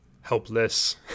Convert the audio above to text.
helpless